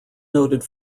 noted